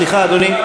סליחה, אדוני.